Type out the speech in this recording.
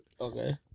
Okay